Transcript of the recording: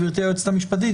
גברתי היועצת המשפטית,